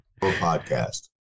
Podcast